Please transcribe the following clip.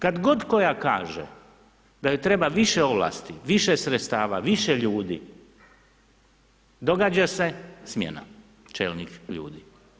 Kad god koja kaže da joj treba više ovlasti, više sredstava, više ljudi, događa se smjena čelnih ljudi.